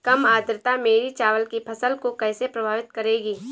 कम आर्द्रता मेरी चावल की फसल को कैसे प्रभावित करेगी?